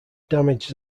damaged